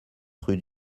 rue